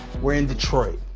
we're in detroit.